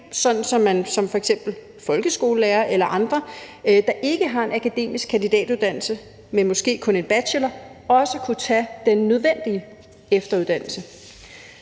at f.eks. en folkeskolelærer eller andre, der ikke har en akademisk kandidatuddannelse, men måske kun en bacheloruddannelse, også kunne tage den nødvendige efteruddannelse.